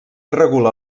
regula